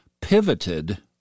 pivoted